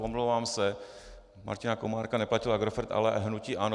Omlouvám se, Martina Komárka neplatil Agrofert, ale hnutí ANO.